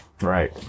Right